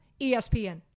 ESPN